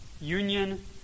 Union